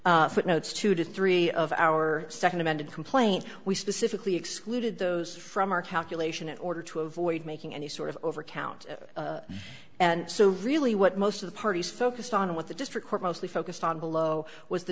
footnotes two to three of our nd amended complaint we specifically excluded those from our calculation in order to avoid making any sort of over count and so really what most of the parties focused on what the district court mostly focused on below was the